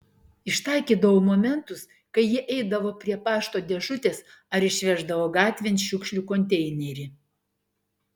ištaikydavau momentus kai ji eidavo prie pašto dėžutės ar išveždavo gatvėn šiukšlių konteinerį